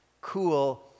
cool